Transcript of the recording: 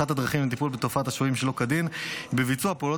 אחת הדרכים לטיפול בתופעת השוהים שלא כדין היא ביצוע פעולות